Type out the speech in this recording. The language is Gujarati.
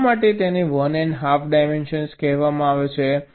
તો શા માટે તેને 1 એન્ડ હાફ ડાયમેન્શન કહેવાય છે